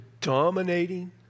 dominating